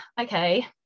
okay